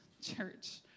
church